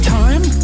time